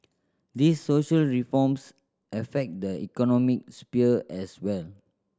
these social reforms affect the economic sphere as well